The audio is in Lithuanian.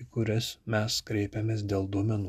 į kurias mes kreipiamės dėl duomenų